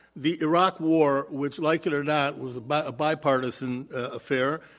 the iraq war which like it or not was but a bipartisan affair,